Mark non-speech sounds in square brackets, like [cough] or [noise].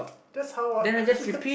that's how I [laughs]